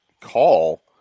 call